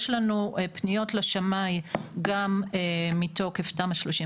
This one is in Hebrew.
יש לנו פניות לשמאי גם מתוקף תמ"א 38,